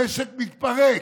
המשק מתפרק.